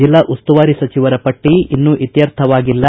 ಜಿಲ್ಲಾ ಉಸ್ತುವಾರಿ ಸಚಿವರ ಪಟ್ಟಿ ಇನ್ನೂ ಇತ್ಕರ್ಥವಾಗಿಲ್ಲ